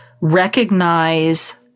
recognize